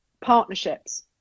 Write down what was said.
partnerships